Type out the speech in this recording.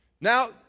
Now